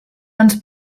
ens